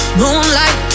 moonlight